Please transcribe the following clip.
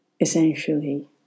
essentially